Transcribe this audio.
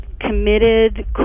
committed